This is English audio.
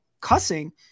cussing